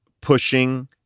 pushing